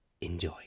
Enjoy